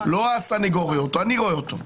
לא הסנגור רואה אותו, אני רואה אותו.